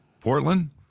Portland